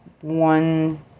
one